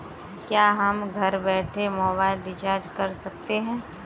क्या हम घर बैठे मोबाइल रिचार्ज कर सकते हैं?